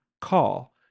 call